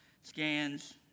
scans